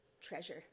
treasure